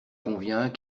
conviens